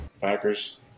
Packers